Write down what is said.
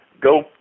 go